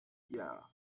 yeah